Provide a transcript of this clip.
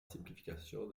simplificació